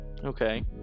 Okay